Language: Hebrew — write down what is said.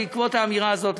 בעקבות האמירה הזאת,